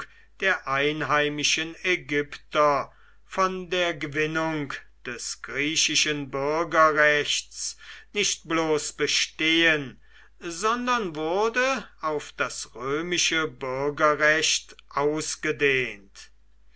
der einheimischen ägypter von der gewinnung des griechischen bürgerrechts nicht bloß bestehen sondern wurde auf das römische bürgerrecht ausgedehnt